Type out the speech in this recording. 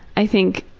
i think,